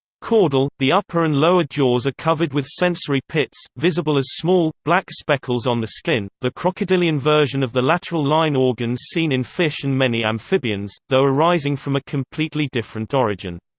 caudal the upper and lower jaws are covered with sensory pits, visible as small, black speckles on the skin, the crocodilian version of the lateral line organs seen in fish and many amphibians, though arising from a completely different origin.